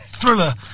thriller